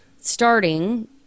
Starting